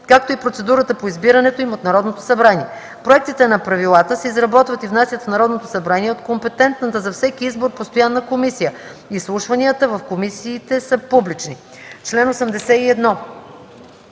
както и процедурата за избирането им от Народното събрание. Проектите на правилата се изработват и внасят в Народното събрание от компетентната за всеки избор постоянна комисия. Изслушванията в комисиите са публични.” Комисията